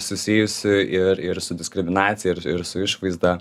susijusi ir ir su diskriminacija ir ir su išvaizda